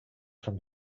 from